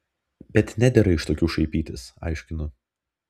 bet nedera iš tokių šaipytis aiškinu